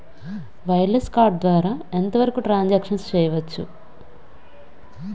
Wireless card ద్వారా ఎంత వరకు ట్రాన్ సాంక్షన్ చేయవచ్చు?